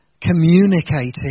communicating